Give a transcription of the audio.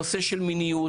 נושא של מיניות,